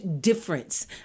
difference